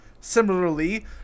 Similarly